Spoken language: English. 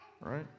Right